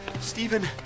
Stephen